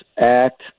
act